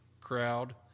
crowd